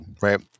right